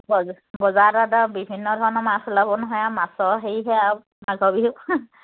বজাৰত আৰু বিভিন্ন ধৰণৰ মাছ লাব নহয় আৰু মাছৰ হেৰিহে আৰু মাঘৰ বিহু